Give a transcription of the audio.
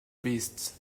beasts